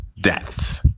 deaths